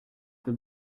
peu